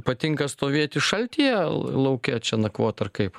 patinka stovėti šaltyje l lauke čia nakvot ar kaip